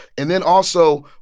and then also,